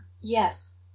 Yes